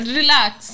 relax